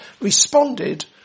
responded